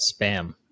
spam